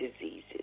diseases